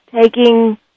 taking